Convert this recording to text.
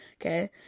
Okay